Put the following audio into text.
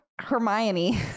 Hermione